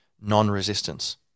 Non-resistance